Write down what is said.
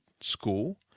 school